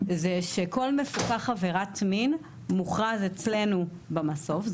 שכל מפוקח עבירת מין מוכרז אצלנו במסוף.